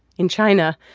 in china,